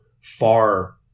far